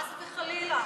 חס וחלילה.